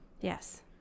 Yes